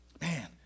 Man